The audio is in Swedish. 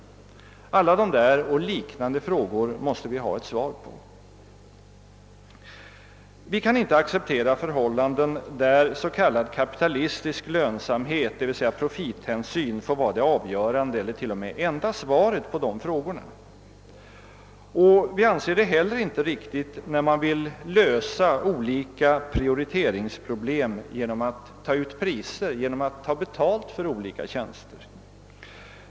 Alla dessa och liknande frågor måste vi ha ett svar på. Vi kan inte acceptera förhållanden där s.k. kapitalistisk lönsamhet, d. v. s. profithänsyn, får vara det avgörande eller t.o.m. det enda svaret på de frågorna. Vi anser det heller inte riktigt när man vill lösa olika prioriteringsproblem genom att ta ut priser, genom att ta betalt för olika tjänster.